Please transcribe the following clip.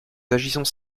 agissons